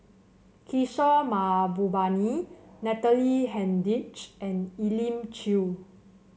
Kishore Mahbubani Natalie Hennedige and Elim Chew